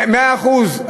מאה אחוז,